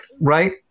Right